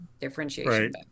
differentiation